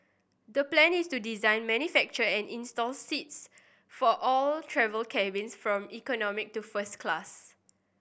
the plan is to design manufacture and install seats for all travel cabins from economy to first class